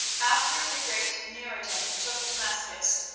after the great nur-ed-din took damascus,